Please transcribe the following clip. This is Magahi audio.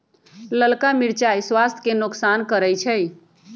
ललका मिरचाइ स्वास्थ्य के नोकसान करै छइ